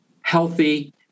healthy